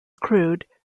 crude